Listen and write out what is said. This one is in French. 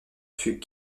fut